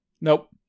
Nope